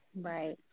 Right